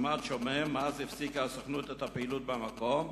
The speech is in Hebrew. שעמד שומם מאז הפסיקה הסוכנות את הפעילות במקום,